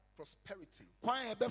prosperity